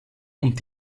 und